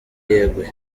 yeguye